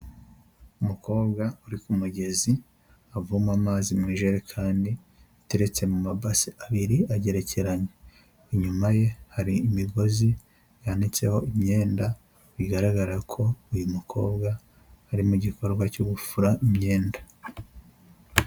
Umukobwa uri ku mugezi avoma amazi mu ijerekani iteretse mu mabase abiri agerekeranye, inyuma ye hari imigozi yanitseho imyenda bigaragara ko uyu mukobwa ari mu gikorwa cyo gufura imyenda.